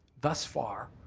thus far,